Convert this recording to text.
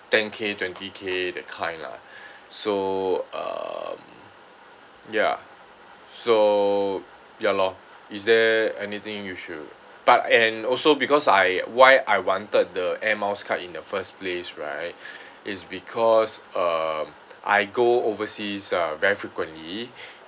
ten K twenty K that kind lah so um ya so ya lor is there anything you should but and also because I why I wanted the air miles card in the first place right it's because um I go overseas uh very frequently